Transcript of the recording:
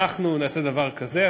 אנחנו נעשה דבר כזה,